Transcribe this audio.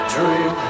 Dream